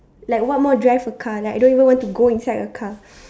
like what more drive a car like I don't want even go inside a car